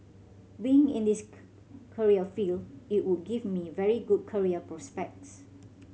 being in this career field it would give me very good career prospects